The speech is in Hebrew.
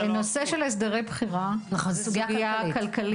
הנושא של אזורי הבחירה זו סוגייה כלכלית.